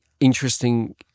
Interesting